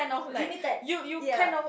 limited ya